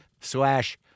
slash